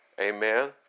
Amen